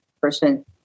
person